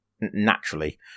naturally